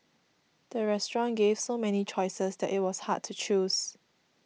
the restaurant gave so many choices that it was hard to choose